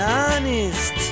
honest